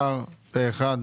הצבעה עבר פה אחד.